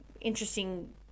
interesting